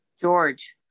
George